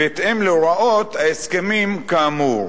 בהתאם להוראות ההסכמים כאמור.